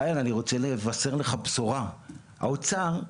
בריאן אני רוצה לבשר לך בשורה, האוצר,